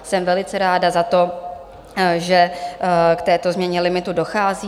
Jsem velice ráda za to, že k této změně limitu dochází.